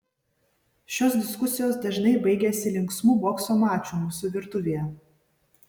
šios diskusijos dažnai baigiasi linksmu bokso maču mūsų virtuvėje